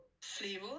flavor